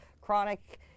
chronic